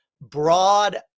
broad